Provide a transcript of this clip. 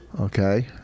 Okay